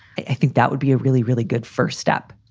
i think that would be a really, really good first step